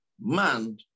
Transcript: man